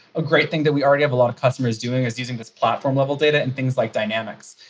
a great thing that we already have a lot of customers doing is using this platform level data in things like dynamics,